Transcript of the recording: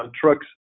trucks